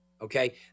Okay